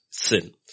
Sin